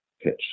pitch